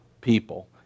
people